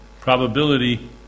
probability